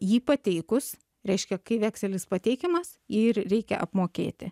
jį pateikus reiškia kai vekselis pateikiamas ir reikia apmokėti